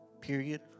period